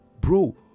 bro